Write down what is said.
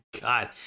god